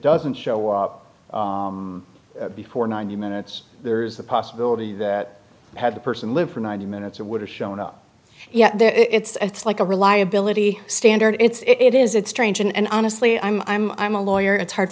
doesn't show up before ninety minutes there is the possibility that had the person live for ninety minutes or would have shown up yet there it's like a reliability standard it's it is it's strange and i honestly i'm i'm i'm a lawyer it's hard